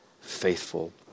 faithful